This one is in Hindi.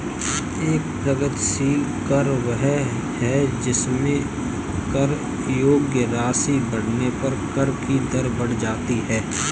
एक प्रगतिशील कर वह है जिसमें कर योग्य राशि बढ़ने पर कर की दर बढ़ जाती है